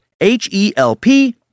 H-E-L-P